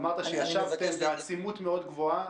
אמרת שישבתם בעצימות מאוד גבוהה,